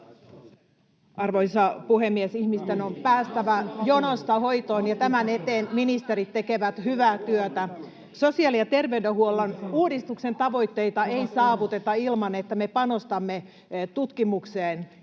Arvoisa puhemies! Ihmisten on päästävä jonosta hoitoon, ja tämän eteen ministerit tekevät hyvää työtä. Sosiaali- ja terveydenhuollon uudistuksen tavoitteita ei saavuteta ilman, että me panostamme tutkimukseen.